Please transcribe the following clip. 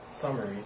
summary